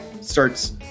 starts